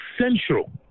central